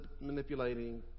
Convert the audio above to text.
manipulating